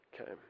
Okay